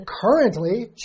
Currently